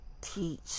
teach